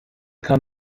kann